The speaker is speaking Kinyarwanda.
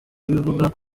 wivuga